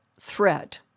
threat